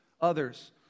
others